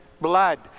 blood